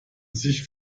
sich